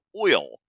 oil